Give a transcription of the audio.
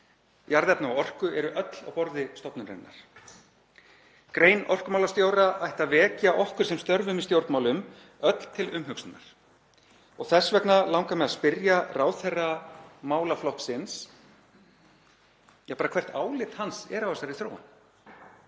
jarðefna og orku eru öll á borði stofnunarinnar. Grein orkumálastjóra ætti að vekja okkur sem störfum í stjórnmálum öll til umhugsunar. Þess vegna langar mig að spyrja ráðherra málaflokksins hvert álit hans er á þessari þróun